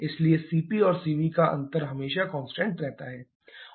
इसलिए CP और Cv का अंतर हमेशा कांस्टेंट रहता है